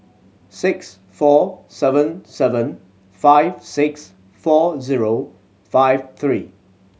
six four seven seven five six four zero five three